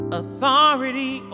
authority